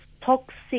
toxic